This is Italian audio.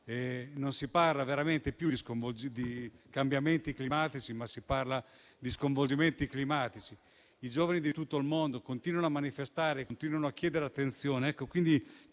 si parla non più di cambiamenti climatici, ma di sconvolgimenti climatici. I giovani di tutto il mondo continuano a manifestare e a chiedere attenzione.